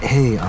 Hey